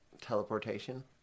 teleportation